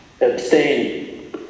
Abstain